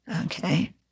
okay